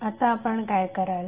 आता आपण काय कराल